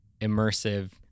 immersive